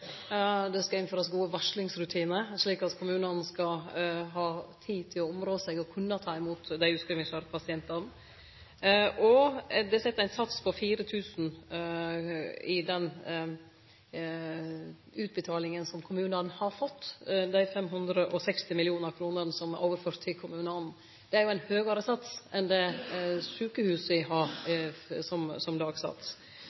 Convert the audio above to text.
Det skal innførast gode varslingsrutinar, slik at kommunane skal ha tid til å områ seg og kunne ta imot dei utskrivingsklare pasientane. Og det er sett ein sats på 4 000 kr i den utbetalinga som kommunane har fått. Dei 560 mill. kr som er overførte til kommunane, er jo ein høgare sats enn det sjukehusa har som dagsats. Så har